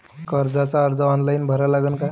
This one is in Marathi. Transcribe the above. कर्जाचा अर्ज ऑनलाईन भरा लागन का?